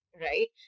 right